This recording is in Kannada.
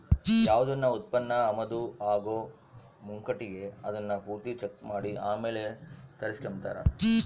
ಯಾವ್ದನ ಉತ್ಪನ್ನ ಆಮದು ಆಗೋ ಮುಂಕಟಿಗೆ ಅದುನ್ನ ಪೂರ್ತಿ ಚೆಕ್ ಮಾಡಿ ಆಮೇಲ್ ತರಿಸ್ಕೆಂಬ್ತಾರ